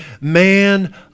Man